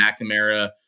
McNamara